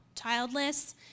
childless